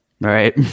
right